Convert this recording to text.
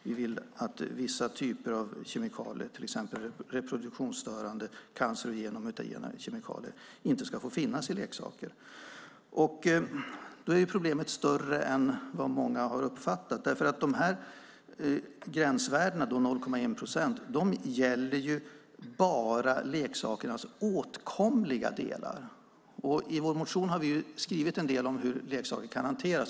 Vi vill att vissa typer av kemikalier, till exempel reproduktionsstörande, cancerogena och mutagena kemikalier, inte ska få finnas i leksaker. Problemet är större än vad många uppfattar. Gränsvärdena på 0,1 procent gäller ju bara leksakernas åtkomliga delar. I vår motion har vi skrivit en del om hur leksaker kan hanteras.